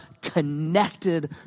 connected